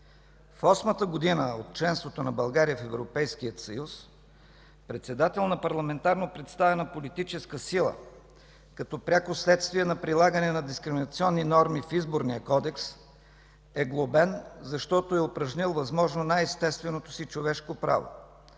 В осмата година от членството на България в Европейския съюз председател на парламентарно представена политическа сила, като пряко следствие на прилагане на дискриминационни норми в Изборния кодекс, е глобен, защото е упражнил възможно най-естественото си човешко право